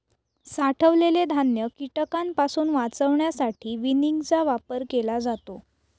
साठवलेले धान्य कीटकांपासून वाचवण्यासाठी विनिंगचा वापर केला जातो